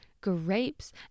grapes